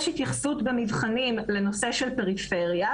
יש התייחסות במבחנים לנושא של פריפריה,